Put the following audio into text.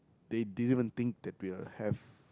they didn't even think that we will have